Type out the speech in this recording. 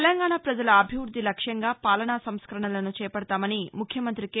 తెలంగాణ ప్రజల అభివృద్ధి లక్ష్యంగా పాలనా సంస్కరణలను చేపడతామని ముఖ్యమంత్రి కె